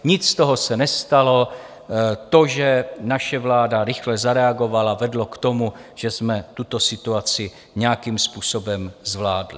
Nic z toho se nestalo, to, že naše vláda rychle zareagovala, vedlo k tomu, že jsme tuto situaci nějakým způsobem zvládli.